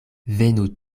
venu